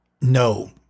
no